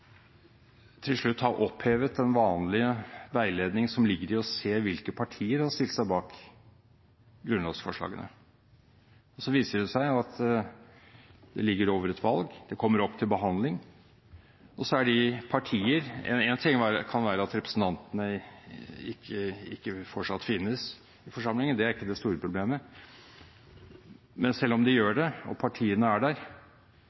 til slutt har opphevet den vanlige veiledningen som ligger i å se hvilke partier som har stilt seg bak grunnlovsforslagene. Så viser det seg at det ligger over et valg, det kommer opp til behandling. Én ting er at det kan være at representantene ikke finnes i forsamlingen fortsatt, det er ikke det store problemet. For selv om de gjør det og partiene er der,